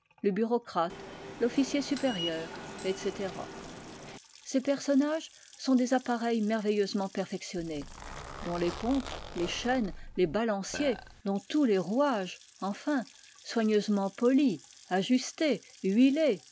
le bureaucrate l'officier supérieur etc ces personnages sont des appareils merveilleusement perfectionnés dont les pompes les chaînes les balanciers dont tous les rouages enfin soigneusement polis ajustés huilés